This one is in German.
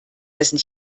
dessen